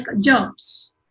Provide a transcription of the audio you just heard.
jobs